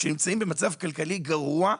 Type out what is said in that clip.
שנמצאים במצב כלכלי גרוע,